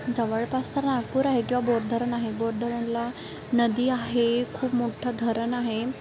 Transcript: जवळपास तर नागपूर आहे किंवा बोध धरण आहे बोध धरणाला नदी आहे खूप मोठं धरण आहे